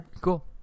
Cool